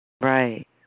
Right